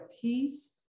peace